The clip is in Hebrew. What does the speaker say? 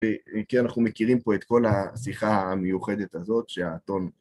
כי אנחנו מכירים פה את כל השיחה המיוחדת הזאת שהאתון